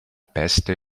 peste